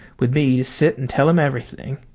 with me to sit and tell him everything,